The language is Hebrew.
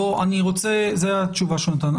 זו התשובה שהוא נתן.